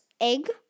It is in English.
egg